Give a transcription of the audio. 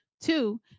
Two